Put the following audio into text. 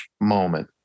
moment